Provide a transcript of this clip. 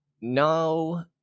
No